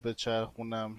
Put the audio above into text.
بچرخونم